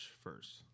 first